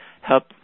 help